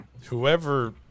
whoever